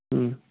ꯎꯝ